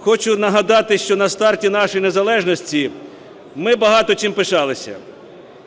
Хочу нагадати, що на старті нашої незалежності ми багато чим пишалися.